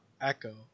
Echo